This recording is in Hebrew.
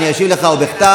ביקשתי